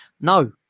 No